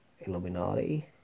Illuminati